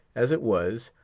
as it was,